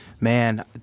Man